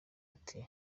ati